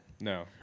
No